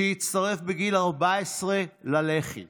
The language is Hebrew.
ואני חוזר ואומר שכל מי שיכול להקדיש את חייו ללימוד התורה